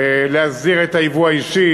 להסדיר את הייבוא האישי.